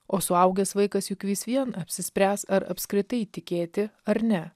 o suaugęs vaikas juk vis vien apsispręs ar apskritai tikėti ar ne